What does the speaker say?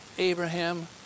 Abraham